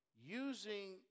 Using